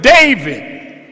David